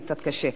זה קצת קשה,